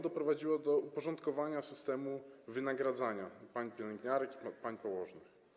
Doprowadziło ono do uporządkowania systemu wynagradzania pań pielęgniarek i pań położnych.